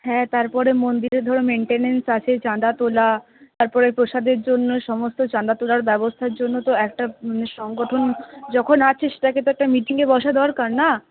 হ্যাঁ তারপরে মন্দিরে ধরো মেনটেনেন্স আছে চাঁদা তোলা তারপরে প্রসাদের জন্য সমস্ত চাঁদা তোলার ব্যবস্থার জন্য তো একটা সংগঠন যখন আছে সেটাকে তো একটা মিটিংয়ে বসা দরকার না